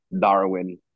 Darwin